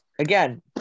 again